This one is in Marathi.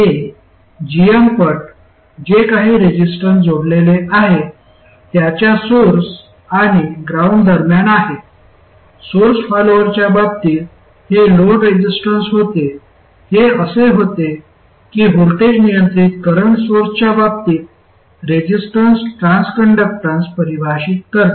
हे gm पट जे काही रेसिस्टन्स जोडलेले आहे त्याच्या सोर्स आणि ग्राउंड दरम्यान आहे सोर्स फॉलोअरच्या बाबतीत हे लोड रेसिस्टन्स होते हे असे होते की व्होल्टेज नियंत्रित करंट सोर्सच्या बाबतीत रेसिस्टन्स ट्रान्सकंडक्टन्स परिभाषित करते